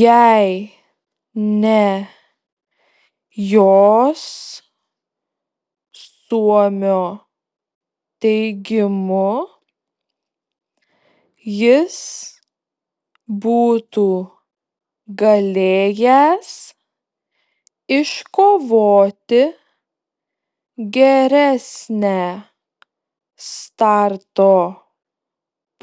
jei ne jos suomio teigimu jis būtų galėjęs iškovoti geresnę starto